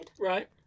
Right